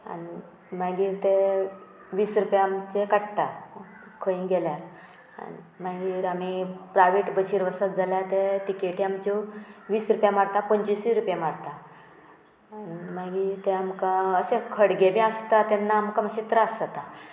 आनी मागीर ते वीस रुपया आमचे काडटा खंय गेल्यार मागीर आमी प्रायवेट बशीर वसत जाल्यार ते टिकेटी आमच्यो वीस रुपया मारता पंचवसी रुपया मारता आनी मागीर ते आमकां अशे खडगे बी आसता तेन्ना आमकां मातशे त्रास जाता